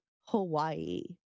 Hawaii